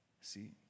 See